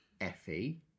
Effie